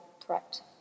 threat